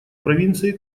провинции